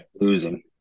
Losing